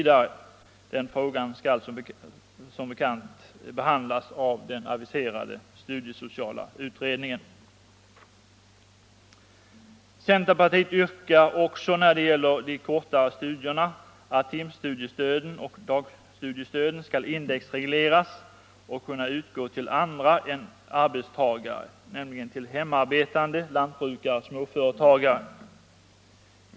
Den frågan skall som bekant behandlas av den aviserade studiesociala utredningen. Centerpartiet yrkar också när det gäller de kortare studierna att timstudiestöden och dagstudiestöden skall indexregleras och kunna utgå till andra än arbetstagare, nämligen till hemarbetande, lantbrukare, småföretagare.